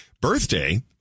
birthday